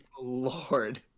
Lord